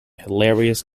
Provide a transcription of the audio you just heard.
hilarious